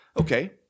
okay